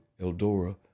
Eldora